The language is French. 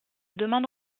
demande